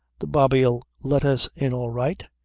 the bobby'll let us in all right.